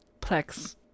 Plex